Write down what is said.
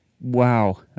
Wow